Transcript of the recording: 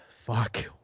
fuck